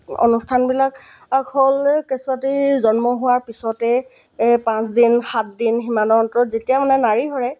অনুষ্ঠানবিলাক হ'ল কেঁচুৱাটি জন্ম হোৱাৰ পিছতেই পাঁচদিন সাতদিন সিমানৰ অন্তৰত যেতিয়া মানে নাড়ী সৰে